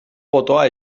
potoa